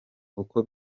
uko